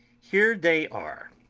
here they are